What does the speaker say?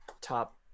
top